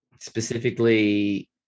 specifically